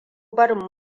barin